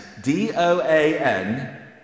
D-O-A-N